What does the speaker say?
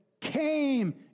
came